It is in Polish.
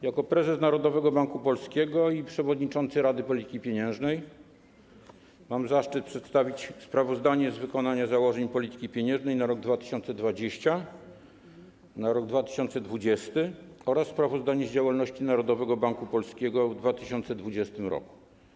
Jako prezes Narodowego Banku Polskiego i przewodniczący Rady Polityki Pieniężnej mam zaszczyt przedstawić sprawozdanie z wykonania założeń polityki pieniężnej na rok 2020 oraz sprawozdanie z działalności Narodowego Banku Polskiego w 2020 r.